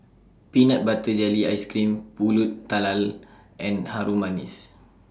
Peanut Butter Jelly Ice Cream Pulut Tatal and Harum Manis